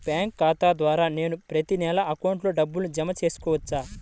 Bank ఖాతా ద్వారా నేను ప్రతి నెల అకౌంట్లో డబ్బులు జమ చేసుకోవచ్చా?